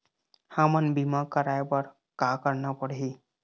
हमन बीमा कराये बर का करना पड़ही?